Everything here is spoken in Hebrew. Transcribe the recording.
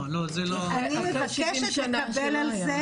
אני מבקשת לקבל על זה